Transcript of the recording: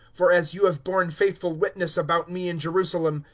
for as you have borne faithful witness about me in jerusalem,